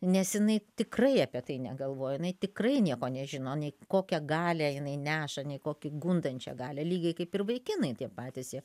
nes jinai tikrai apie tai negalvoja jinai tikrai nieko nežino nei kokią galią jinai neša nei kokį gundančią galią lygiai kaip ir vaikinai tie patys jie